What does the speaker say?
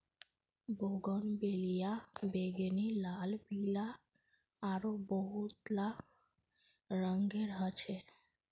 bougainvillea बैंगनी, लाल, पीला आरो बहुतला रंगेर ह छे